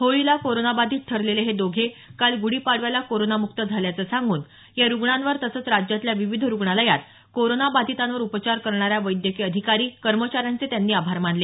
होळीला कोरोनाबाधित ठरलेले हे दोघे काल गुढीपाडव्याला कोरोनामुक्त झाल्याचे सांगून या रुग्णांवर तसंच राज्यातल्या विविध रुग्णालयात कोरोनाबाधितांवर उपचार करणाऱ्या वैद्यकीय अधिकारी कर्मचाऱ्यांचे त्यांनी आभार मानले